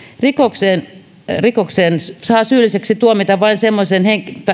rikokseen rikokseen saa syylliseksi tuomita vain semmoisesta